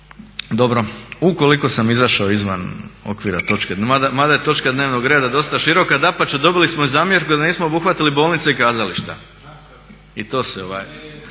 Dobro, ukoliko sam izašao izvan okvira točke, mada je točka dnevnog reda dosta široka, dapače, dobili smo i zamjerku da nismo obuhvatili bolnice i kazališta i to se.